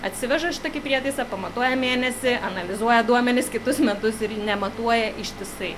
atsiveža šitokį prietaisą pamatuoja mėnesį analizuoja duomenis kitus metus ir nematuoja ištisai